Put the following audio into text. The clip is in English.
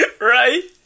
right